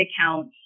account